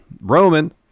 Roman